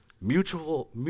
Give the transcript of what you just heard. mutual